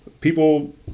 people